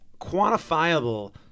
quantifiable